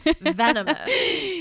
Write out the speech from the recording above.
venomous